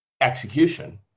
execution